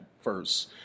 first